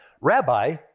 Rabbi